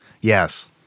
Yes